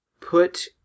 put